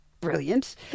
brilliant